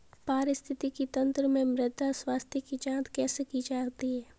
पारिस्थितिकी तंत्र में मृदा स्वास्थ्य की जांच कैसे की जाती है?